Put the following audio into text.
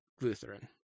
lutheran